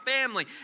family